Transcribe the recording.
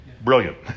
Brilliant